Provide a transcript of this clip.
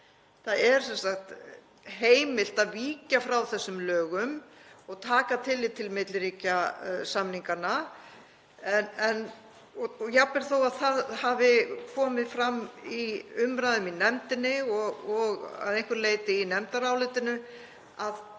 sagt heimilt að víkja frá þessum lögum og taka tillit til milliríkjasamninganna. Jafnvel þótt það hafi komið fram í umræðum í nefndinni, og að einhverju leyti í nefndarálitinu, að